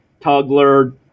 Tugler